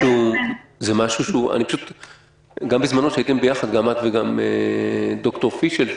גם בזמנו כשהייתם ביחד עם ד"ר פישל,